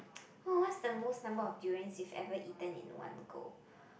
oh what's the most number of durians you've ever eaten in one go